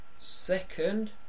second